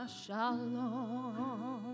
shalom